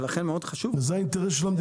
לכן מאוד חשוב שייאמר,